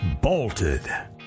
bolted